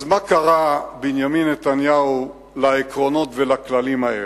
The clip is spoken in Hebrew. אז מה קרה, בנימין נתניהו, לעקרונות ולכללים האלה?